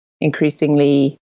increasingly